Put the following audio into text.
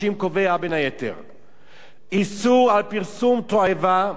איסור פרסום תועבה ובו דמותו של קטין,